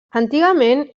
antigament